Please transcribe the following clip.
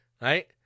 right